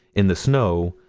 in the snow,